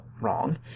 wrong